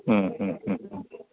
ഉം ഉം ഉം